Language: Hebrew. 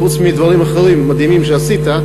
חוץ מדברים מדהימים אחרים שעשית,